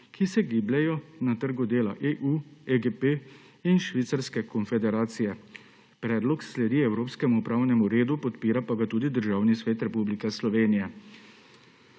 ki se gibljejo na trgu dela EU, EGP in Švicarske konfederacije. Predlog sledi evropskemu pravnemu redu, podpira pa ga tudi Državni svet Republike Slovenije.